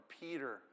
Peter